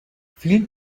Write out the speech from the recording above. فیلم